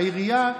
העירייה,